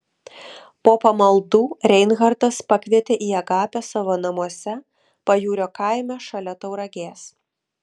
po pamaldų reinhartas pakvietė į agapę savo namuose pajūrio kaime šalia tauragės